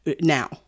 now